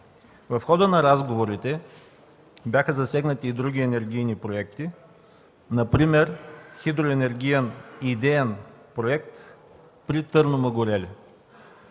В хода на разговорите бяха засегнати и други енергийни проекти, например Хидроенергиен идеен проект при Турну Мъгуреле,